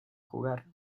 jugar